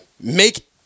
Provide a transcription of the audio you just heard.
Make